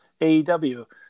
AEW